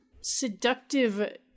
seductive